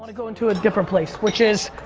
go into a different place which is